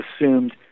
assumed